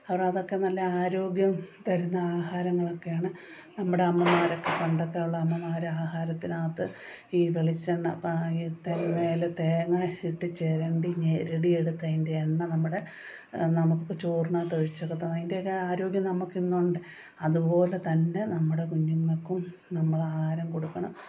അവർ അതൊക്കെ നല്ല ആരോഗ്യം തരുന്ന ആഹാരങ്ങളൊക്കെയാണ് നമ്മുടെ അമ്മമാരൊക്കെ പണ്ടൊക്കെയുള്ള അമ്മമാർ ആഹാരത്തിനകത്ത് ഈ വെളിച്ചെണ്ണ ഈ തേങ്ങയിൽ തേങ്ങ ഇട്ടു ചുരണ്ടി ഞെരടിയെടുത്ത് അതിൻ്റെ എണ്ണ നമ്മുടെ നമുക്ക് ചോറിനകത്ത് ഒഴിച്ചൊക്കെ തന്ന് അതിന്റെയൊക്കെ ആരോഗ്യം നമുക്കിന്നുണ്ട് അതുപോലെതന്നെ നമ്മുടെ കുഞ്ഞുങ്ങൾക്കും നമ്മൾ ആഹാരം കൊടുക്കണം